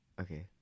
okay